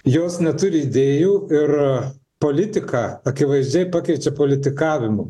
jos neturi idėjų ir politiką akivaizdžiai pakeičia politikavimu